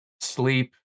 sleep